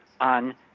on